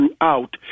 throughout